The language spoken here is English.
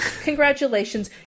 congratulations